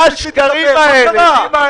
מה השקרים האלה?